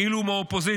כאילו הוא מהאופוזיציה.